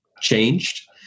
changed